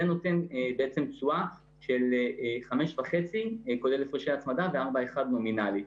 זה נותן בעצם תשואה של 5.5% כולל הפרשי הצמדה ו-4.1% נומינלי.